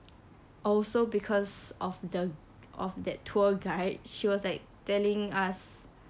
also because of the of that tour guide she was like telling us